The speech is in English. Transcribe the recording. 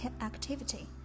activity